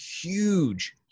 huge